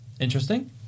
interesting